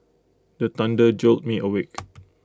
the thunder jolt me awake